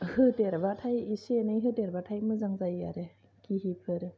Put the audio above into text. होदेरबाथाय इसे एनै होदेरबाथाय मोजां जायो आरो घिफोर